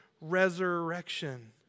resurrection